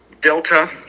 delta